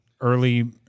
early